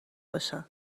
باشن